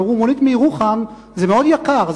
אבל אמרו: מונית מירוחם זה מאוד יקר,